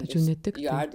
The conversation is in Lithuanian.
tačiau ne tik tai